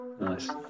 nice